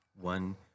one